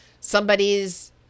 somebody's